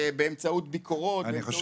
באמצעות ביקורות, באמצעות פיקוח.